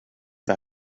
det